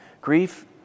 Grief